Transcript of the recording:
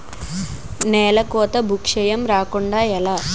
నేలకోత భూక్షయం రాకుండ ఎలా?